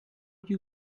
you